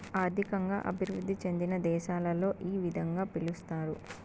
ఆర్థికంగా అభివృద్ధి చెందిన దేశాలలో ఈ విధంగా పిలుస్తారు